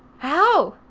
how?